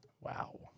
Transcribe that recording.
Wow